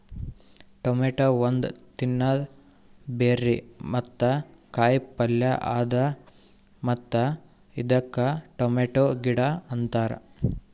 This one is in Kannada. ಟೊಮೇಟೊ ಒಂದ್ ತಿನ್ನದ ಬೆರ್ರಿ ಮತ್ತ ಕಾಯಿ ಪಲ್ಯ ಅದಾ ಮತ್ತ ಇದಕ್ ಟೊಮೇಟೊ ಗಿಡ ಅಂತಾರ್